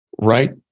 Right